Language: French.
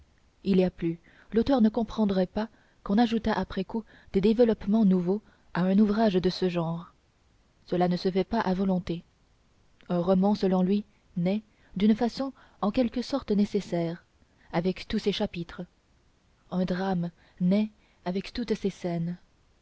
il y a plus l'auteur ne comprendrait pas qu'on ajoutât après coup des développements nouveaux à un ouvrage de ce genre cela ne se fait pas à volonté un roman selon lui naît d'une façon en quelque sorte nécessaire avec tous ses chapitres un drame naît avec toutes ses scènes